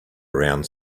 around